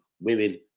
women